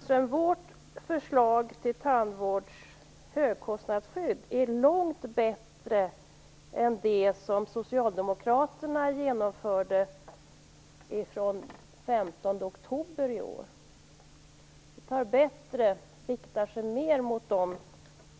Herr talman! Moderaternas förslag till högkostnadsskydd i tandvården är långt bättre än det som Socialdemokraterna genomförde från den 15 oktober i år. Det riktar sig mer, och